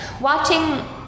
Watching